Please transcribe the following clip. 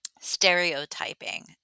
stereotyping